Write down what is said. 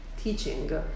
teaching